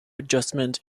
adjustment